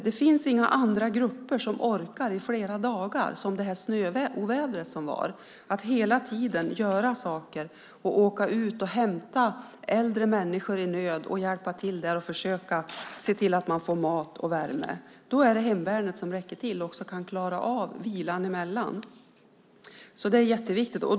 Det finns inga andra grupper som i flera dagar, som vid de snöoväder som var, orkar göra saker som att åka ut och hämta äldre människor i nöd och se till att de får mat och värme. Då är det hemvärnet som räcker till och som kan klara av vilan däremellan, så det är jätteviktigt.